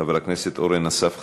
חבר הכנסת אורן אסף חזן,